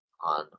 on